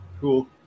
cool